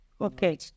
Okay